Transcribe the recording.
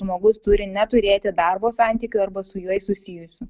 žmogus turi neturėti darbo santykių arba su juo susijusių